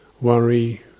worry